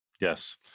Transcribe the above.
Yes